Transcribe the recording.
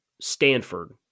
Stanford